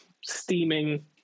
steaming